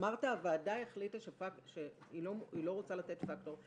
אמרת: הוועדה החליטה שהיא לא רוצה לתת פקטור.